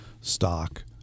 stock